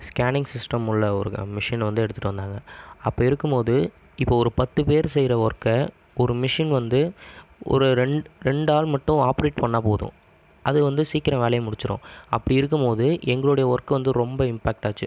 scanning system உள்ள ஒரு மிஷினை வந்து எடுத்துகிட்டு வந்தாங்க அப்படி இருக்கும்போது இப்போ ஒரு பத்து பேர் செய்கிற ஒர்க்கை ஒரு மிஷின் வந்து ஒரு ரெண் ரெண்டு ஆள் மட்டும் ஆப்ரேட் பண்ணிணா போதும் அது வந்து சீக்கிரம் வேலையை முடிச்சுடும் அப்படி இருக்கும்போது எங்களுடைய ஒர்க் வந்து ரொம்ப இம்பேக்ட் ஆச்சு